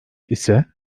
ise